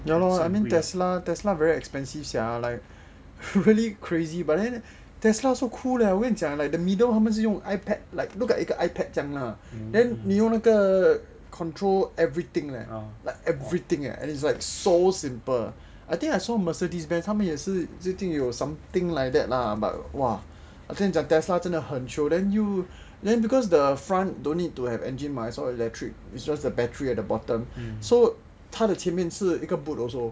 ya lor I mean Tesla Tesla very expensive sia like really crazy but then Tesla so cool leh 我跟你讲 like the middle 他们是用 ipad like look like 一个 ipad 这样 lah then 那个 control everything leh like everything is like so simple I think I saw Mercedes-Benz 他们也是最近也是有 something like that lah but !wah! 我跟你讲 Tesla 真的很 chio then 又 then because the front don't need to have engine mah it's all electric it's just a battery at the bottom so 他的前面是一个 boot also